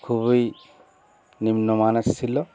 খুবই নিম্নমানের ছিল